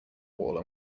wall